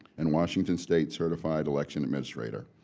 and washington state certified election administrator.